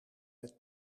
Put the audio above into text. met